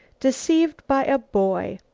deceived by a boy.